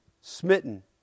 smitten